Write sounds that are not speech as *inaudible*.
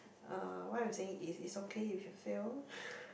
uh what I'm saying is it's okay if you fail *breath*